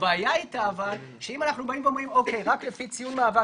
אבל הבעיה איתה שאם אנחנו אומרים שרק לפי ציון מעבר,